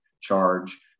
charge